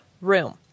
room